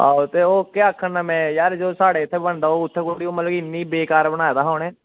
ते ओह् आक्खन में की यार जो साढ़े इत्थें बनदा ओह् इत्थें थोह्ड़े इन्ना बेकार बनाए दा उनें